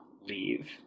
leave